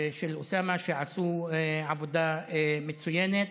שעשו עבודה מצוינת.